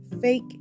fake